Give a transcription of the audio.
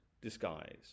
disguise